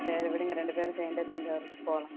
சரி விடுங்கள் ரெண்டு பேரும் சேர்ந்தே தஞ்சாவூருக்கு போகலாம்